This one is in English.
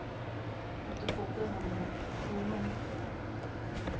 have to focus on the women